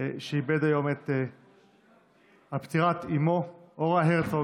על פטירת אימו אורה הרצוג,